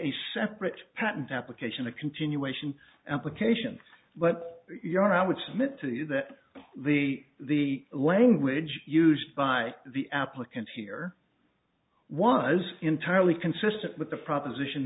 a separate patent application a continuation application but you know i would submit to you that the the language used by the applicants here was entirely consistent with the proposition